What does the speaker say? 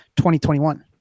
2021